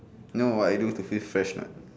know what I do to feel fresh not